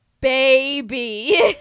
baby